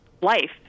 life